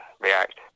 react